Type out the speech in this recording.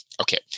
Okay